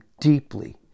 deeply